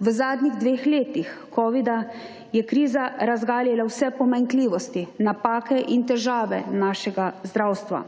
V zadnjih dveh letih covida je kriza razgalila vse pomanjkljivosti, napake in težave **48.